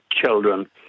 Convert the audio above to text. children